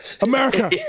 America